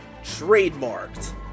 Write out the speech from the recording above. trademarked